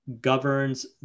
governs